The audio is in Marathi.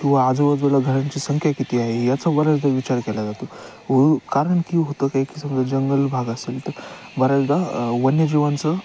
किंवा आजूबाजूला घरांची संख्या किती आहे याचा बऱ्याचदा विचार केला जातो वरु कारण की होतं काय की समजा जंगल भाग असेल तर बऱ्याचदा वन्यजीवांचं